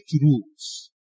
rules